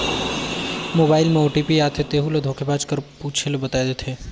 mobile में OTP आथे तेहू ल धोखेबाज कर पूछे ले बताए देथे